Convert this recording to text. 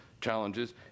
challenges